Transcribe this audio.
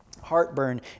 Heartburn